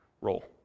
role